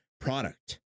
product